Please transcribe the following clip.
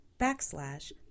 backslash